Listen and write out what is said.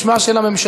בשמה של הממשלה.